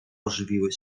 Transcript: ożywiły